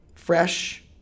Fresh